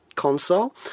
Console